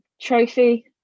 Trophy